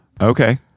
okay